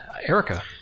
erica